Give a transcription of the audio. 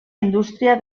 indústria